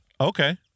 okay